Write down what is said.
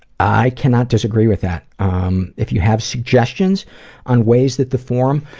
i cannot disagree with that. um if you have suggestions on ways that the forum,